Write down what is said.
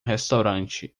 restaurante